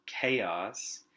chaos